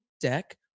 deck